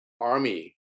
Army